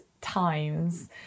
times